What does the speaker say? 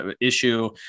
issue